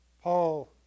Paul